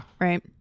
right